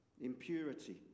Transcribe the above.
impurity